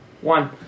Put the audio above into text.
One